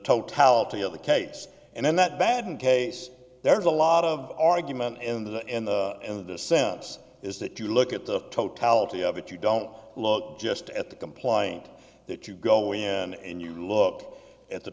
totality of the case and then that bad in case there's a lot of argument in the end in the sense is that you look at the totality of it you don't look just at the complaint that you go in and you look at the